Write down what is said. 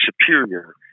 superior